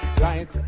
right